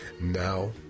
Now